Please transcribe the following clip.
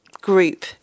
group